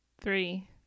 Three